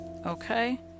okay